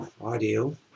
audio